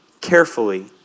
carefully